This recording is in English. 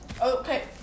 okay